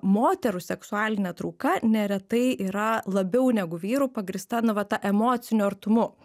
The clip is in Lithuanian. moterų seksualinė trauka neretai yra labiau negu vyrų pagrįsta na va ta emociniu artumu